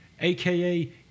aka